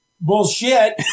Bullshit